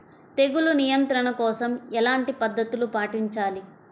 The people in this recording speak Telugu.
తెగులు నియంత్రణ కోసం ఎలాంటి పద్ధతులు పాటించాలి?